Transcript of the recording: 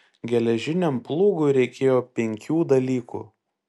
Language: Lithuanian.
geležiniam plūgui reikėjo penkių dalykų